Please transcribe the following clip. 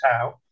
out